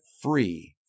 free